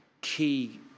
key